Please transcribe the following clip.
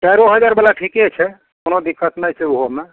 चारिओ हजार बला ठीके छै कोनो दिक्कत नहि छै ओहोमे